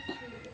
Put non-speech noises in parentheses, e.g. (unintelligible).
(unintelligible)